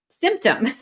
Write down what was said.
symptom